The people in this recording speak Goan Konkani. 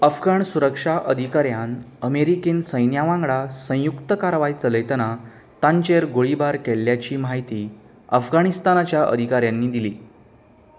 अफगाण सुरक्षा अधिकाऱ्यान अमेरिकन सैन्या वांगडा संयुक्त कारवाय चलयतना तांचेर गोळीबार केल्ल्याची म्हायती अफगाणिस्तानाच्या अधिकाऱ्यांनी दिली